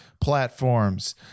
Platforms